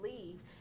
leave